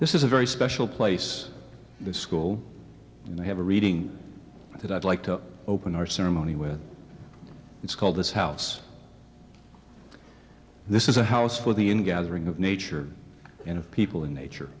this is a very special place the school and i have a reading that i'd like to open our ceremony with its called this house this is a house for the in gathering of nature and of people in nature